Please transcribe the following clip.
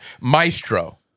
Maestro